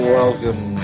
welcome